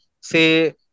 say